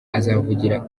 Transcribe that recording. azavuga